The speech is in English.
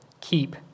keep